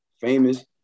famous